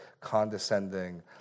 condescending